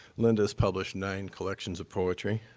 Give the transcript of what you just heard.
linda has published nine collections of poetry.